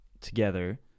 together